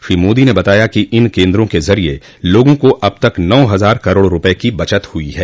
श्री मोदी ने बताया कि इन केन्द्रों के जरिए लोगों को अब तक नौ हजार करोड़ रुपये की बचत हुई है